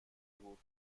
بود